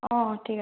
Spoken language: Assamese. অঁ ঠিক আছে